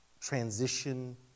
transition